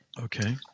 Okay